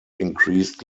increased